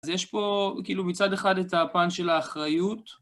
אז יש פה, כאילו, מצד אחד את הפן של האחריות.